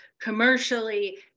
commercially